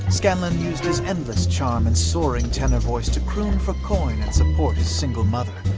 scanlan used his endless charm and soaring tenor voice to croon for coin and support his single mother.